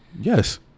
Yes